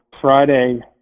Friday